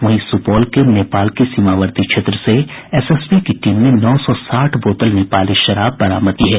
वहीं सुपौल जिले के नेपाल के सीमावर्ती क्षेत्र से एसएसबी टीम ने नौ सौ साठ बोतल नेपाली शराब बरामद की है